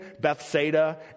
Bethsaida